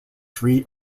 three